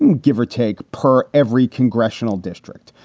and give or take, per every congressional district.